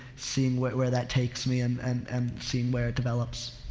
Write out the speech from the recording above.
seeing where, where that takes me and, and, and seeing where it develops.